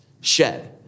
shed